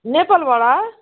नेपालबाट